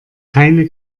keine